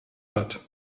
hat